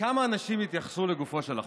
כמה התייחסו לגופו של החוק?